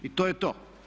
I to je to.